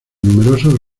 numerosos